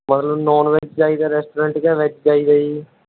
ਮਤਲਬ non veg ਚਾਹੀਦਾ restaurant ਜਾਂ ਵੈਜ ਚਾਹੀਦਾ ਜੀ